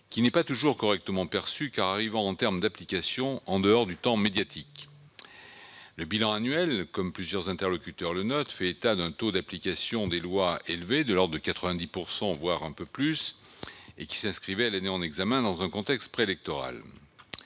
qui n'est pas toujours correctement perçu, car l'application des lois intervient en dehors du temps médiatique. Le bilan annuel, comme plusieurs orateurs l'ont noté, fait état d'un taux d'application des lois élevé, de l'ordre de 90 %, voire un peu plus, qui s'inscrivait, l'année de leur examen, dans un contexte préélectoral.